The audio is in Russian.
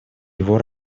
его